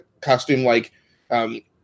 costume-like